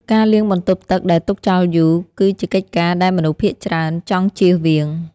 ការលាងបន្ទប់ទឹកដែលទុកចោលយូរ គឺជាកិច្ចការដែលមនុស្សភាគច្រើនចង់ជៀសវាង។